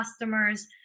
customers